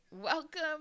Welcome